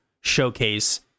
showcase